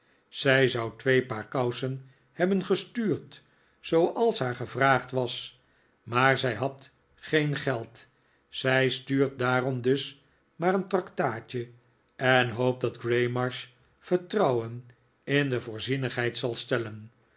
zij zou twee paar kousen hebben gestuurd zooals haar gevraagd was maar zij had geen geld zij stuurt daarom dus maar een traktaatje en hoopt dat graymarsh vertrouwen in de voorzienigheid zal stellen